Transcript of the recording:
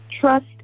Trust